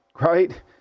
Right